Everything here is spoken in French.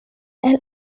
elle